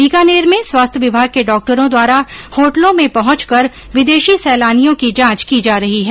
बीकानेर में स्वास्थ्य विभाग के डॉक्टरों द्वारा होटलों में पहंचकर विदेशी सैलानियों की जांच की जा रही है